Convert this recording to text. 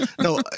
No